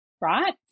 Right